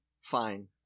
Fine